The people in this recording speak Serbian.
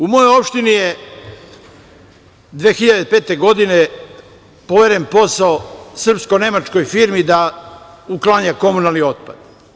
U mojoj opštini je 2005. godine poveren posao srpsko-nemačkoj firmi da uklanja komunalni otpad.